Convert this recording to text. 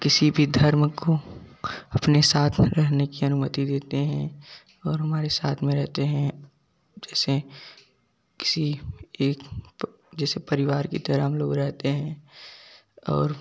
किसी भी धर्म को अपने साथ में रहने की अनुमति देते है और हमारे साथ में रहते हैं जैसे किसी एक जैसे परिवार की तरह हम लोग रहते है और